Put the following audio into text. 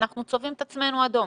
אנחנו צובעים את עצמנו אדום.